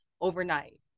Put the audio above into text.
overnight